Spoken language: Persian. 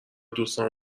دوستام